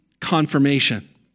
confirmation